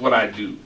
what i do